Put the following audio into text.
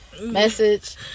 message